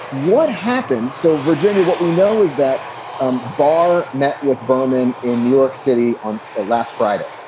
what happened? so, virginia, what we know is that um barr met with berman in new york city on the last friday,